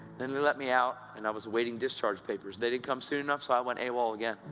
then they let me out, and i was awaiting discharge papers. they didn't come soon enough, so i went awol again.